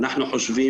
אנחנו צריכים,